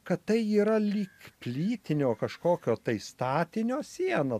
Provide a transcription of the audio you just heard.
kad tai yra lyg plytinio kažkokio tai statinio siena